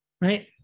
right